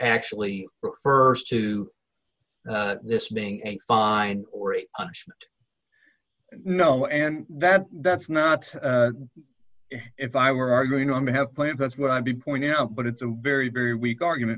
actually refers to this being a fine or a no and that that's not if i were arguing on behalf of plant that's what i'd be pointing out but it's a very very weak argument